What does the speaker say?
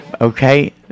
Okay